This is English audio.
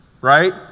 Right